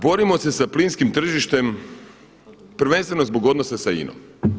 Borimo se sa plinskim tržištem prvenstveno zbog odnosa sa INA-om.